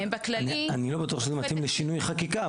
אני לא בטוח שזה מתאים לשינוי חקיקה,